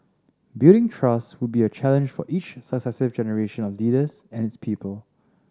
building trust would be a challenge for each successive generation of leaders and its people